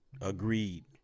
Agreed